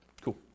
Cool